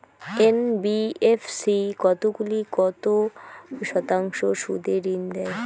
NBFC কতগুলি কত শতাংশ সুদে ঋন দেয়?